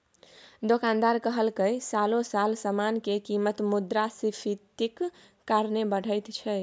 दोकानदार कहलकै साले साल समान के कीमत मुद्रास्फीतिक कारणे बढ़ैत छै